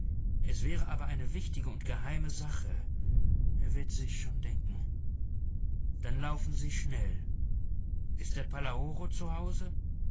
es wäre aber eine wichtige und geheime sache er wird sich's schon denken dann laufen sie schnell ist der palaoro